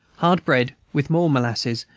hard bread, with more molasses,